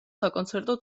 საკონცერტო